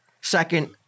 Second